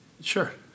Sure